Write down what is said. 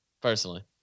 personally